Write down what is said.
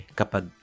kapag